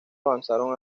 avanzaron